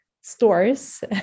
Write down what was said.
stores